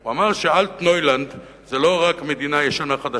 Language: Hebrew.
הוא אמר ש"אלטנוילנד" זה לא רק מדינה ישנה-חדשה,